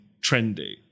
trendy